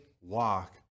walk